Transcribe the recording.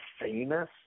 famous